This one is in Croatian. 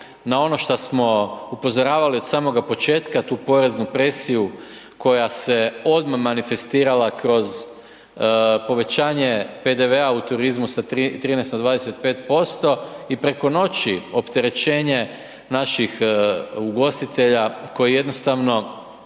na ono šta smo upozoravali od samoga početka, tu poreznu presiju koja se odmah manifestirala kroz povećanje PDV-a u turizmu sa 13 na 25% i preko noći opterećenje naših ugostitelja koji jednostavno